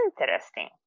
Interesting